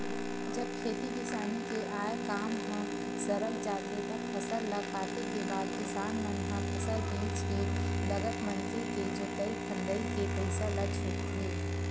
जब खेती किसानी के आय काम ह सरक जाथे तब फसल ल काटे के बाद किसान मन ह फसल बेंच के लगत मनके के जोंतई फंदई के पइसा ल छूटथे